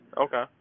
Okay